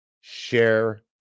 share